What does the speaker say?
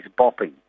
bopping